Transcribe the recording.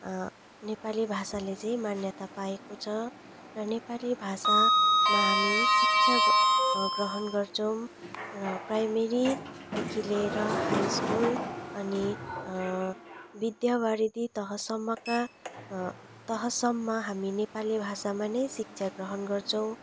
नेपाली भाषाले चाहिँ मान्यता पाएको छ र नेपाली भाषामा हामी शिक्षा ग ग्रहण गर्छौँ र प्राइमेरीदेखि लिएर हाई स्कुल अनि विद्यावारिधि तहसम्मका तहसम्म हामी नेपाली भाषामा नै शिक्षा ग्रहण गर्छौँ